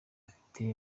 afite